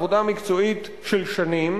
עבודה מקצועית של שנים,